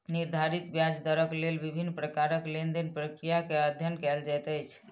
निर्धारित ब्याज दरक लेल विभिन्न प्रकारक लेन देन प्रक्रिया के अध्ययन कएल जाइत अछि